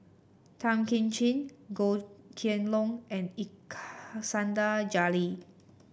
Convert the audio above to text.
Tan Kim Ching Goh Kheng Long and Iskandar Jalil